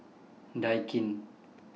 Daikin